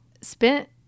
Spent